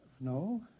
No